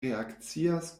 reakcias